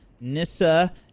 Nissa